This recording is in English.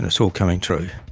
and it's all coming true.